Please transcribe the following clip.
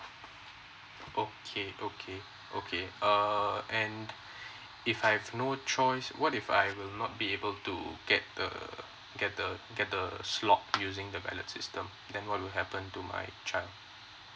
okay okay okay uh and if I've no choice what if I will not be able to get a get a get a slot using the ballot system then what will happen to my child